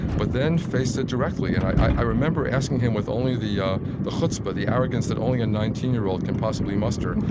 but then faced it directly. and i remember asking him with only the ah the chutzpah the arrogance that only a nineteen year old can possibly muster,